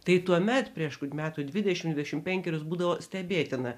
tai tuomet prieš metų dvidešimt dvidešimt penkerius būdavo stebėtina